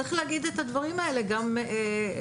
צריך להגיד את הדברים האלה גם פה,